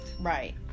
Right